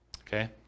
Okay